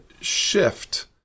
shift